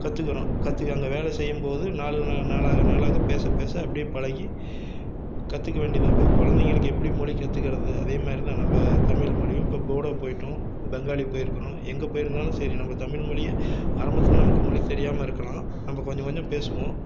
கற்றுக்குறோம் கற்றுக்க அங்கே வேலை செய்யும் போது நாளுக்கு நாள் நாளாக நாளாக பேச பேச அப்படியே பழகி கற்றுக்க வேண்டியது தான் அப்போது குழந்தைங்களுக்கு எப்படி மொழி கற்றுக்குறது அதே மாதிரி தான் நம்ப தமிழ்மொழியும் இப்போ போடோ போய்ட்டோம் பெங்காலி போயிருக்கிறோம் எங்கே போயிருந்தாலும் சரி நம்ப தமிழ் மொழியை ஆரம்பத்தில் நமக்கு மொழி தெரியாமல் இருக்கலாம் நம்ப கொஞ்சம் கொஞ்சம் பேசுவோம்